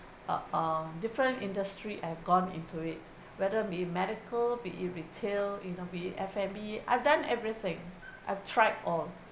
a a different industry I've gone into it whether be it medical be it retail in or be F&B I've done everything I've tried all